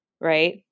right